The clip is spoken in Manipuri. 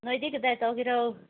ꯅꯣꯏꯗꯤ ꯀꯗꯥꯏꯗ ꯇꯧꯒꯦꯔꯣ